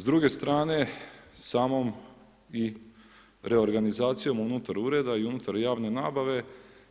S druge strane samom i reorganizacijom unutar ureda i unutar javne nabave